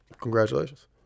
Congratulations